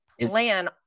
plan